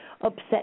upset